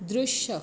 दृश्य